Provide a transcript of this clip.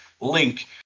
link